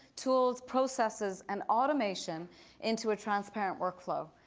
tools, processes, and automation into a transparent workflow.